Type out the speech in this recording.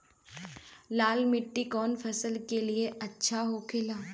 लाल मिट्टी कौन फसल के लिए अच्छा होखे ला?